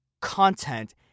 content